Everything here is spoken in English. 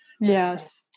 yes